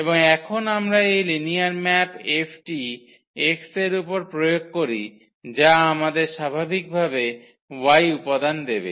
এবং এখন আমরা এই লিনিয়ার ম্যাপ F টি x এর উপর প্রয়োগ করি যা আমাদের স্বাভাবিকভাবে y উপাদান দেবে